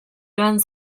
joan